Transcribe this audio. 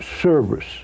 service